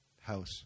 House